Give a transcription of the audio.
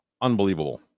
unbelievable